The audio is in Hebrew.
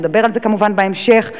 אנחנו נדבר על זה כמובן בהמשך.